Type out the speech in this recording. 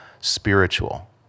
spiritual